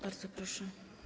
Bardzo proszę.